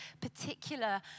particular